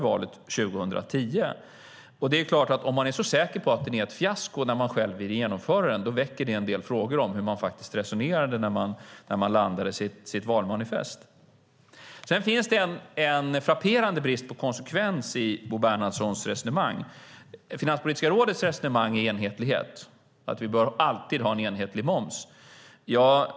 Om man är så säker på att den är ett fiasko när man själv har velat genomföra den väcker det en del frågor om hur man faktiskt resonerade när man landade sitt valmanifest. Det finns en frapperande brist på konsekvens i Bo Bernhardssons resonemang. Finanspolitiska rådets resonemang är att vi alltid bör ha en enhetlig moms.